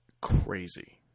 crazy